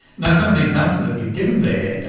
now, some of the examples that you've given there, ah